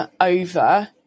over